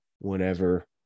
whenever